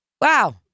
Wow